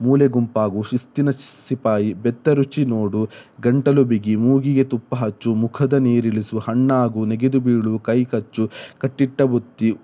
ಮೂಲೆ ಗುಂಪಾಗು ಶಿಸ್ತಿನ ಸಿಪಾಯಿ ಬೆತ್ತದ ರುಚಿ ನೋಡು ಗಂಟಲು ಬಿಗಿ ಮೂಗಿಗೆ ತುಪ್ಪ ಹಚ್ಚು ಮುಖದ ನೀರಿಳಿಸು ಹಣ್ಣಾಗು ನೆಗೆದುಬೀಳು ಕೈ ಕಚ್ಚು ಕಟ್ಟಿಟ್ಟ ಬುತ್ತಿ